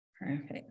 Perfect